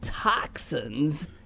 toxins